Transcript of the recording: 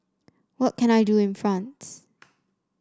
what can I do in France